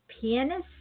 pianist